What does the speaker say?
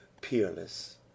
peerless